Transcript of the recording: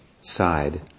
side